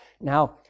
Now